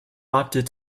opted